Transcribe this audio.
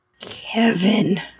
Kevin